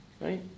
Right